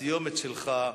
הסיומת שלך,